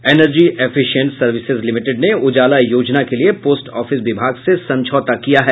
energy efficient services limited ने उजाला योजना के लिये पोस्ट ऑफिस विभाग से समझौता किया है